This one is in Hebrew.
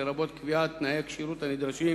לרבות קביעת תנאי הכשירות הנדרשים,